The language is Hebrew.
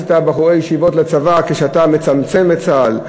את בחורי הישיבות לצבא כשאתה מצמצם את צה"ל?